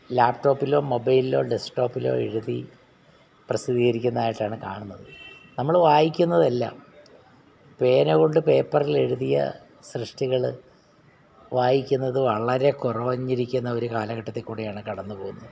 ലാപ്ടോപ്പിലോ മൊബൈലിലോ ഡെസ്ക് എവ്ഹുതി പ്രസിദ്ധീകരിക്കുന്നതായിട്ടാണ് കാണുന്നത് നമ്മൾ വായിക്കുന്നതെല്ലാം പേന കൊണ്ട് പേപ്പറിലെഴുതിയ സൃഷ്ടികൾ വായിക്കുന്നതു വളരെ കുറവ് വന്നിരിക്കുന്നൊരു കാലഘട്ടത്തിൽ കൂടിയിട്ടാണ് കടന്നു പോകുന്നത്